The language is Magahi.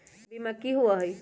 बीमा की होअ हई?